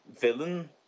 villain